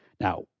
Now